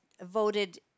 voted